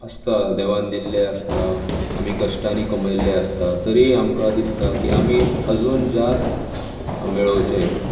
आसता देवान दिल्लें आसता आमी कश्टांनी कमयल्लें आसता तरी आमकां दिसता की आमी अजुन जास्त मेळोवचें